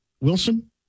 Wilson